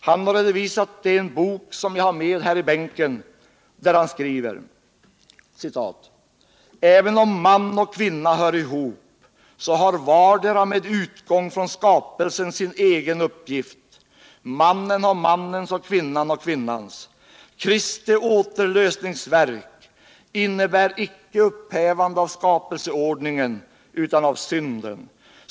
Han har redovisat det i en bok som jag har med här i bänken, där han skriver: ”Även om man och kvinna hör ihop, så har vardera med utgång från skapelsen sin egen uppgift: mannen har mannens och kvinnan har kvinnans. Kristi återlösningsverk innebär icke upphävande av skapelseordningen utan av synden.